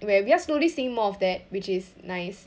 where we are slowly seeing more of that which is nice